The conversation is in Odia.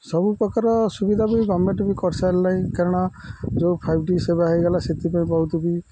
ସବୁ ପ୍ରକାର ସୁବିଧା ବି ଗଭର୍ଣ୍ଣମେଣ୍ଟ୍ ବି କରିସାରିଲାଣି କାରଣ ଯେଉଁ ଫାଇଭ୍ ଡି ସେବା ହେଇଗଲା ସେଥିପାଇଁ ବହୁତ ବି